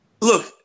look